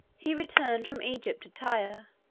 he returned from egypt to tyre,